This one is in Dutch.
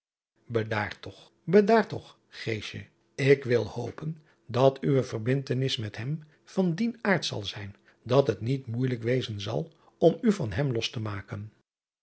edaar toch bedaar toch ik wil hopen dat uwe verbindtenis met hem van dien aard zal zijn dat het niet moeijelijk wezen zal om u van hem los te maken